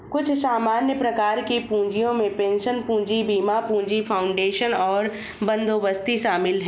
कुछ सामान्य प्रकार के पूँजियो में पेंशन पूंजी, बीमा पूंजी, फाउंडेशन और बंदोबस्ती शामिल हैं